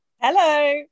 hello